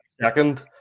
second